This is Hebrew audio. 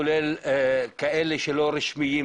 כולל כאלה שלא רשמיות,